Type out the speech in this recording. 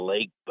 Lake